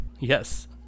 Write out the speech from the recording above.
Yes